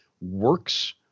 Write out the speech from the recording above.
works